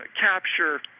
capture –